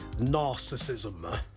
narcissism